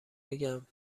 بگم